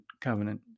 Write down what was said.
covenant